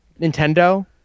Nintendo